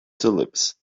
tulips